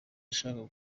nshaka